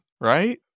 right